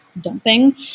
dumping